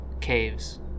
caves